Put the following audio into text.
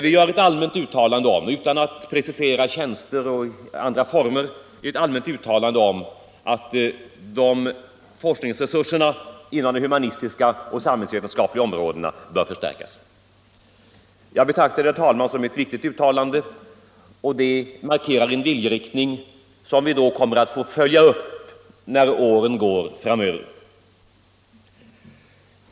Vi gör — utan att precisera tjänster och andra former — ett allmänt uttalande om att forskningsresurserna inom de humanistiska och samhällsvetenskapliga områdena bör förstärkas. Jag betraktar detta, herr talman, som ett viktigt uttalande. Det markerar en viljeinriktning som vi kommer att få följa upp under åren framöver.